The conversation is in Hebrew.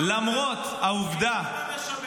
למרות העובדה -- למה אתה לא עונה?